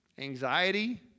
anxiety